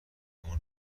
اون